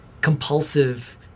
compulsive